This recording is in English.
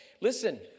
Listen